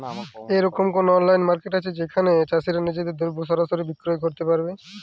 এরকম কোনো online market আছে কি যেখানে চাষীরা নিজেদের দ্রব্য সরাসরি বিক্রয় করতে পারবে?